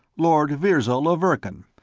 lord virzal of verkan.